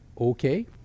okay